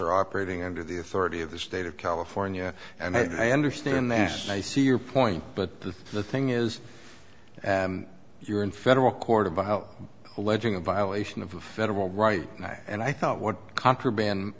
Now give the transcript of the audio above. are operating under the authority of the state of california and i understand that i see your point but the thing is and you're in federal court about alleging a violation of federal right and i thought what contraband